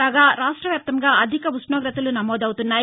కాగా రాష్ట్ర వ్యాప్తంగా అధిక ఉష్టోగతలు నమోదవుతున్నాయి